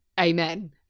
amen